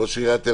ראש עיריית אילת.